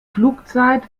flugzeit